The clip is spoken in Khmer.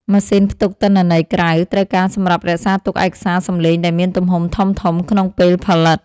ម៉ាស៊ីនផ្ទុកទិន្នន័យក្រៅ ត្រូវការសម្រាប់រក្សាទុកឯកសារសំឡេងដែលមានទំហំធំៗក្នុងពេលផលិត។